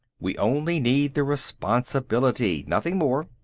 we only need the response ability, nothing more.